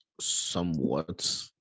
somewhat